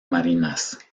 marinas